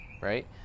right